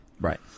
Right